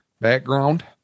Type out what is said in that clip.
background